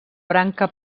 branca